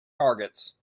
targets